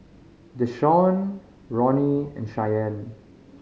Deshawn Ronny and Cheyenne